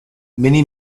many